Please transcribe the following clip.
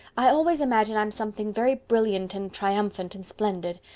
i always imagine i'm something very brilliant and triumphant and splendid.